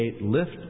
Lift